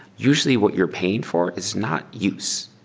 usually, what you're paying for is not use.